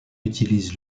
utilise